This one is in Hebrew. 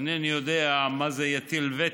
אינני יודע מה זה "יטיל וטו".